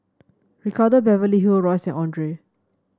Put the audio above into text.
Ricardo Beverly Hill Royce Andre